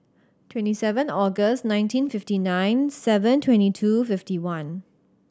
twenty seven August nineteen fifty nine seven twenty two fifty one